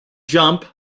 jump